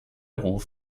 ruf